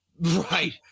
Right